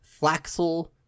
Flaxel